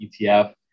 etf